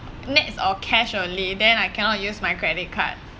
NETS or cash only then I cannot use my credit card